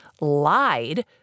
lied